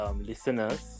listeners